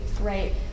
right